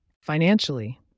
Financially